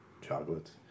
chocolates